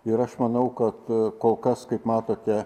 ir aš manau kad kol kas kaip matote